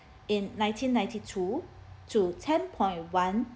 in nineteen ninety two to ten point one